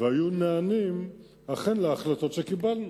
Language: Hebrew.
והיו נענים להחלטות שקיבלנו.